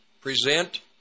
present